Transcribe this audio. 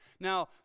Now